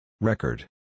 Record